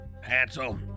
Hansel